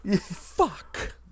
Fuck